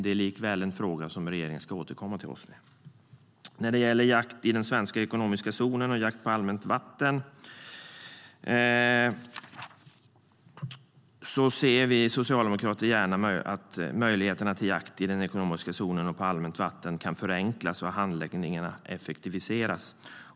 Det är likväl en fråga där regeringen ska återkomma till riksdagen. När det gäller jakt i den svenska ekonomiska zonen och jakt på allmänt vatten ser vi socialdemokrater gärna att möjligheterna till jakt i den ekonomiska zonen och på allmänt vatten kan förenklas och handläggningen effektiviseras.